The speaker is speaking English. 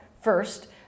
first